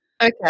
Okay